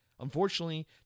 Unfortunately